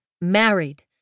Married